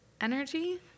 energy